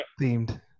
themed